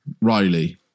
Riley